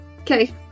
Okay